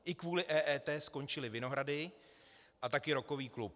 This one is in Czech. I kvůli EET skončily Vinohrady a také rockový klub.